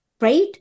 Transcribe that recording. right